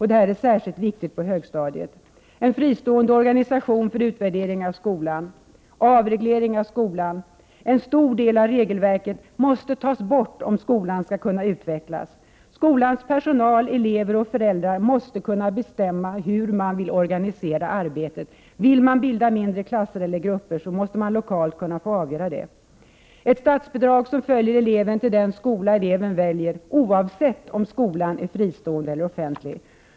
Detta är särskilt viktigt på högstadiet. Avreglering av skolan. En stor del av regelverket måste tas bort om skolan skall kunna utvecklas. Skolans personal, elever och föräldrar måste kunna bestämma hur man vill organisera arbetet. Vill man bilda mindre klasser eller grupper, måste man lokalt kunna få avgöra detta. Ett statsbidrag som följer eleven till den skola eleven väljer, oavsett om skolan är fristående eller offentlig.